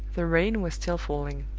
the rain was still falling.